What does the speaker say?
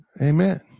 Amen